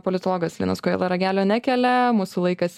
politologas linas kojala ragelio nekelia mūsų laikas